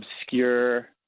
obscure